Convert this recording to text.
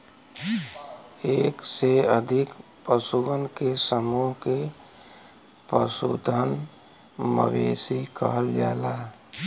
एक से अधिक पशुअन के समूह के पशुधन, मवेशी कहल जाला